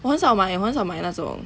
我很少买我很少买那种